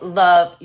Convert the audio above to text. love